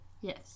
Yes